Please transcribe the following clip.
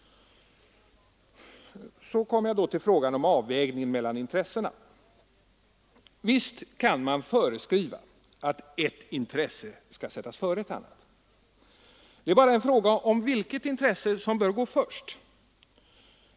Så kommer jag till frågan om avvägningen mellan intressena. Visst kan man föreskriva att ett intresse skall sättas före ett annat; det är bara en fråga om vilket intresse som bör gå först.